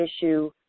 issue